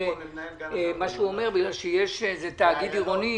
מה שהוא אומר, בגלל שזה תאגיד עירוני